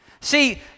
See